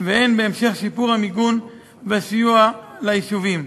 והן בהמשך שיפור המיגון והסיוע ליישובים.